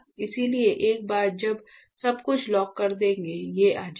इसलिए एक बार जब सब कुछ लॉक कर देंगे FL ये आ जाएगा